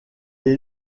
est